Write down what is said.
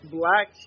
black